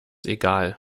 egal